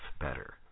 better